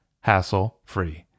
hassle-free